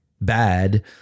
bad